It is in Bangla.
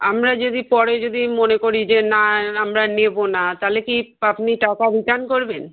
আমরা যদি পরে যদি মনে করি যে না আমরা নেবো না তাহলে কি আপনি টাকা রিটার্ন করবেন